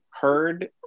heard